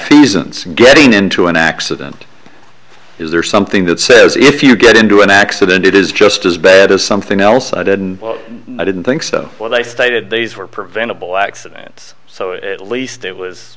and getting into an accident is there something that says if you get into an accident it is just as bad as something else i didn't i didn't think so what i stated these were preventable accidents so it least it was